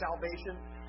salvation